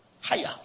Higher